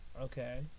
Okay